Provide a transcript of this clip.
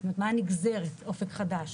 זאת אומרת, מה הנגזרת אופק חדש.